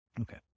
Okay